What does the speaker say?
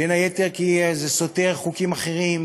בין היתר כי זה סותר חוקים אחרים,